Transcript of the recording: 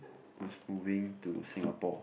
who's moving to Singapore